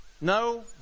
No